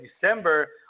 December